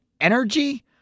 energy